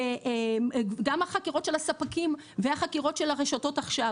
גם החקירות של הספקים והחקירות של הרשתות עכשיו